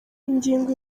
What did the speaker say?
ingingo